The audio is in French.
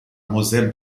moselle